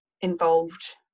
involved